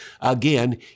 again